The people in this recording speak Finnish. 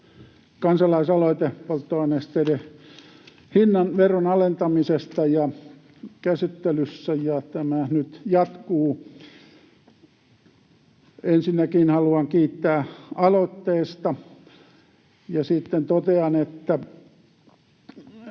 kansalaisaloite polttonesteiden hinnan veron alentamisesta käsittelyssä, ja tämä nyt jatkuu. Ensinnäkin haluan kiittää aloitteesta ja sitten totean, että